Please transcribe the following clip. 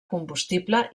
combustible